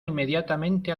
inmediatamente